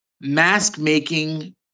mask-making